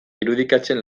irudikatzen